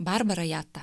barbara jata